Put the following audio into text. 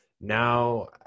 now